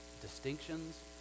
distinctions